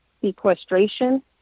sequestration